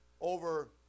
over